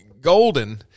golden